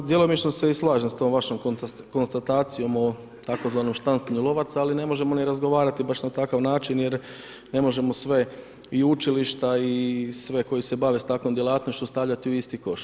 Djelomično se i slažem s tom vašom konstatacijom o tzv. štancanju lovaca, ali ne možemo niti razgovarati baš na takav način jer ne možemo sve i učilišta i sve koji se bave takvom djelatnošću stavljati u isti koš.